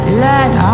Blood